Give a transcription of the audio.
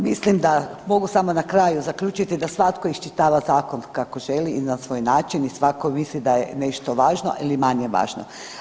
Mislim da, mogu samo na kraju zaključiti da svatko iščitava zakon kako želi i na svoj način i svatko misli da je nešto važno ili manje važno.